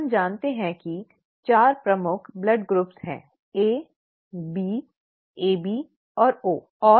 हम जानते हैं कि 4 प्रमुख रक्त समूह हैं A B AB और O सही